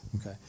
okay